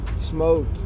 smoked